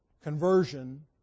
conversion